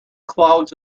clouds